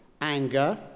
anger